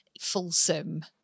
fulsome